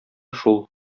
шул